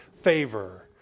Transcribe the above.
favor